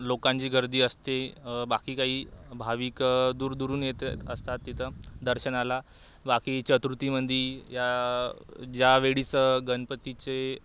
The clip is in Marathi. लोकांची गर्दी असते बाकी काही भाविक दूरदूरून येत असतात तिथं दर्शनाला बाकी चतुर्थीमध्ये या ज्यावेळीसं गणपतीचे